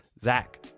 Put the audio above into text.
Zach